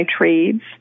trades